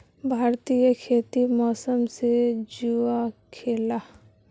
भारतीय खेती मौसम से जुआ खेलाह